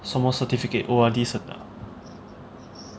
什么 certificate O_R_D certificate ah